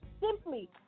simply